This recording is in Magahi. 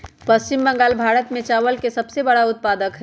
पश्चिम बंगाल भारत में चावल के सबसे बड़ा उत्पादक हई